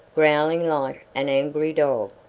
growling like an angry dog.